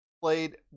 played